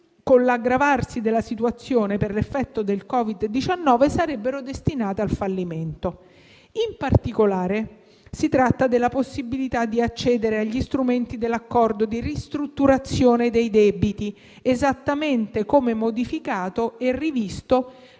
con l'aggravarsi della situazione per effetto del Covid-19, sarebbero destinate al fallimento. In particolare, si tratta della possibilità di accedere agli strumenti dell'accordo di ristrutturazione dei debiti, esattamente come modificato e rivisto